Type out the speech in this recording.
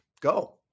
Go